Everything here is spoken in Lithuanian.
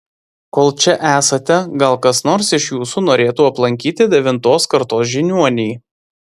kol čia esate gal kas nors iš jūsų norėtų aplankyti devintos kartos žiniuonį